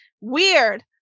weird